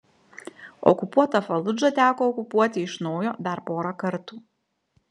okupuotą faludžą teko okupuoti iš naujo dar porą kartų